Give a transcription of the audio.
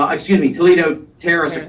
um excuse me, toledo terrace,